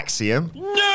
No